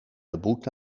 beboet